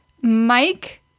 Mike